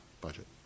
budget